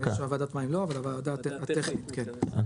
ועדת מים לא, אבל הוועדה הטכנית כן.